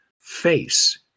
face